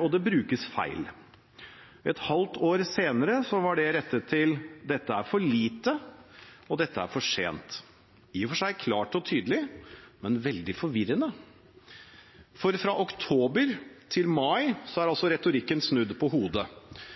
og dette brukes feil. Et halvt år senere var det rettet til: Dette er for lite, og dette er for sent. I og for seg klart og tydelig, men veldig forvirrende. Fra oktober til mai er altså retorikken snudd på hodet.